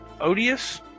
Odious